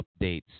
updates